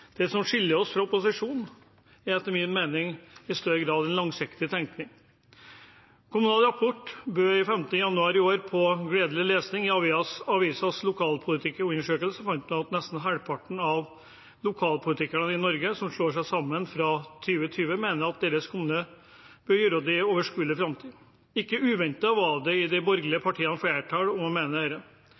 Det som skiller oss fra opposisjonen, er etter min mening en større grad av langsiktig tenking. Kommunal Rapport bød 15. januar i år på gledelig lesning. I avisas lokalpolitikerundersøkelse fant en at nesten halvparten av lokalpolitikerne i Norge som ikke slår seg sammen fra 2020, mener at deres kommune bør gjøre det i overskuelig framtid. Ikke uventet var det i de borgerlige partiene flertall